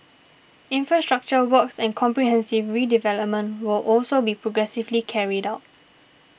infrastructure works and comprehensive redevelopment will also be progressively carried out